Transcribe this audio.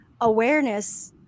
awareness